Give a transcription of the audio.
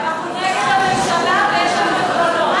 כי אנחנו נגד הממשלה ויש לנו עקרונות.